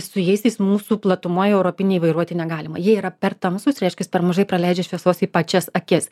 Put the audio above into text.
su jais jais mūsų platumoj europinei vairuoti negalima jie yra per tamsūs reiškias per mažai praleidžia šviesos į pačias akis